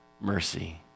mercy